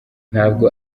ntabwo